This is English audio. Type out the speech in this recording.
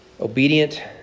obedient